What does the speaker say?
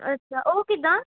ਅੱਛਾ ਉਹ ਕਿੱਦਾਂ